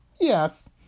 Yes